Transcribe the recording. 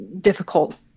difficult